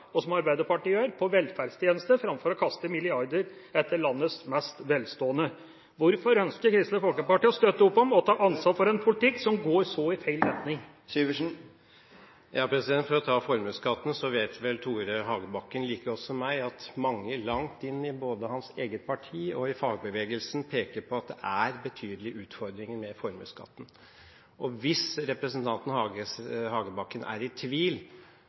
har, slik Arbeiderpartiet gjør, på velferdstjenester, framfor å kaste milliarder etter landets mest velstående? Hvorfor ønsket Kristelig Folkeparti å støtte opp om og ta ansvar for en politikk som går i så feil retning? For å ta formuesskatten: Tore Hagebakken vet vel like godt som meg at mange langt inn i både hans eget parti og i fagbevegelsen peker på at det er betydelige utfordringer med formuesskatten. Hvis representanten Hagebakken er i tvil: